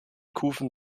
kufen